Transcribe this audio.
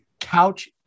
Couch